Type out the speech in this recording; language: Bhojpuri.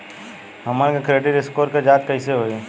हमन के क्रेडिट स्कोर के जांच कैसे होइ?